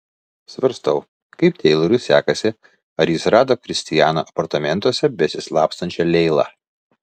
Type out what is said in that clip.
svarstau kaip teilorui sekasi ar jis rado kristiano apartamentuose besislapstančią leilą